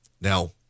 Now